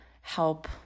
help